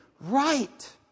right